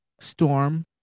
Storm